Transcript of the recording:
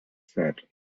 said